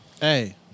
Hey